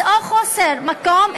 או חוסר מקום,